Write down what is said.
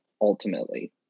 ultimately